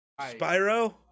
Spyro